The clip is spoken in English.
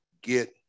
get